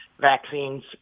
vaccines